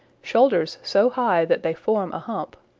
shoulders so high that they form a hump,